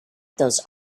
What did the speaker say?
those